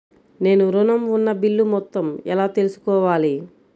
నేను ఋణం ఉన్న బిల్లు మొత్తం ఎలా తెలుసుకోవాలి?